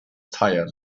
tired